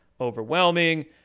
overwhelming